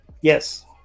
Yes